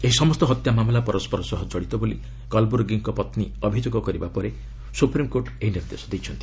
ଏହି ସମସ୍ତ ହତ୍ୟା ମାମଲା ପରସ୍କର ସହ ଜଡ଼ିତ ବୋଲି କଲ୍ବୁର୍ଗିଙ୍କ ପତ୍ନୀ ଅଭିଯୋଗ କରିବା ପରେ ସୁପ୍ରିମ୍କୋର୍ଟ ଏହି ନିର୍ଦ୍ଦେଶ ଦେଇଛନ୍ତି